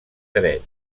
dret